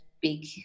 big